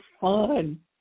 fun